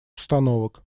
установок